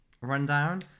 rundown